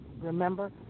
remember